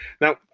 Now